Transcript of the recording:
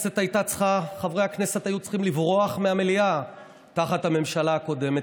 וחברי הכנסת היו צריכים לברוח מהמליאה תחת הממשלה הקודמת,